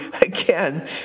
again